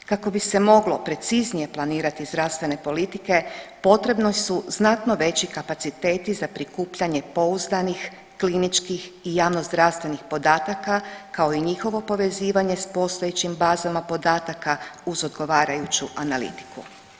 Kako bi se moglo preciznije planirati zdravstvene politike potrebni su znatno veći kapaciteti za prikupljanje pouzdanih, kliničkih i javnozdravstvenih podataka kao i njihovo povezivanje s postojećim bazama podataka uz odgovarajuću analitiku.